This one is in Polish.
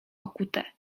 okute